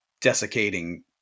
desiccating